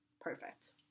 perfect